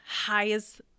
highest